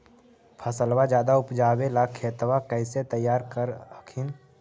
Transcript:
फसलबा ज्यादा उपजाबे ला खेतबा कैसे तैयार कर हखिन?